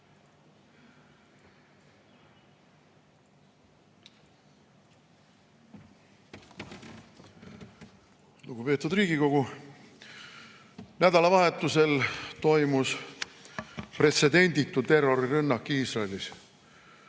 Lugupeetud Riigikogu! Nädalavahetusel toimus pretsedenditu terrorirünnak Iisraelis.